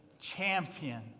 champion